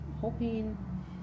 hoping